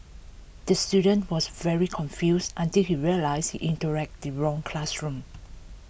the student was very confused until he realised he interact the wrong classroom